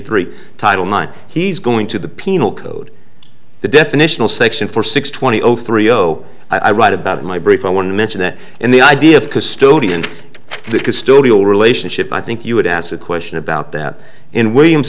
three title nine he's going to the penal code the definitional section for six twenty three oh i write about my brief i want to mention that and the idea of custodian the custodial relationship i think you would ask the question about that in williams